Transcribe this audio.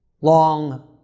long